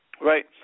Right